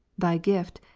thy gift,